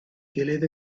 gilydd